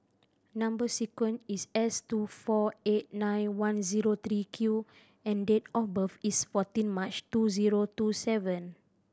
number sequence is S two four eight nine one zero three Q and date of birth is fourteen March two zero two seven